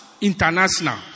International